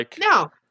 No